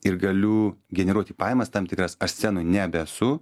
ir galiu generuoti pajamas tam tikras aš scenoj nebe esu